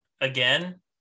again